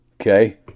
Okay